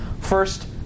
First